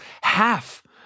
half-